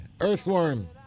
Earthworm